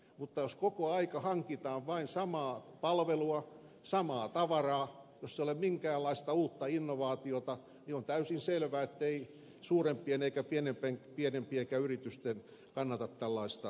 mutta jos koko ajan hankintaan vain samaa palvelua samaa tavaraa jossa ei ole minkäänlaista uutta innovaatiota on täysin selvää ettei suurempien eikä pienempienkään yritysten kannata tällaista tehdä